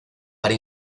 para